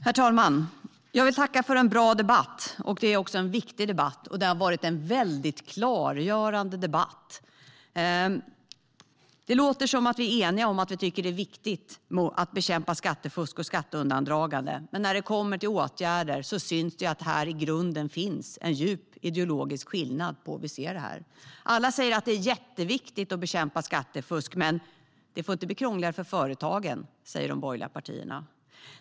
Herr talman! Jag vill tacka för en bra och viktig debatt som har varit mycket klargörande. Det låter som om vi är eniga om att vi tycker att det är viktigt att bekämpa skattefusk och skatteundandragande. Men när det kommer till åtgärder syns det att det i grunden finns en djup ideologisk skillnad när det gäller hur vi ser på detta. Alla säger att det är jätteviktigt att bekämpa skattefusk. Men det får inte bli krångligare för företagen, säger de borgerliga partierna.